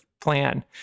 plan